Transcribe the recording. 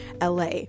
LA